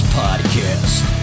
podcast